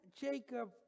Jacob